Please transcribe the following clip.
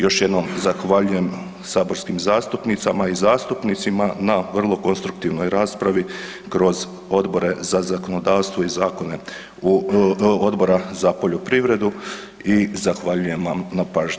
Još jednom zahvaljujem saborskim zastupnicama i zastupnicima na vrlo konstruktivnoj raspravi kroz Odbore za zakonodavstvo i Odbor za poljoprivredu i zahvaljujem vam na pažnji.